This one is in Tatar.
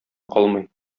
калмый